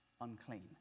unclean